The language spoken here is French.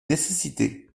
nécessité